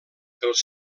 els